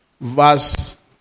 verse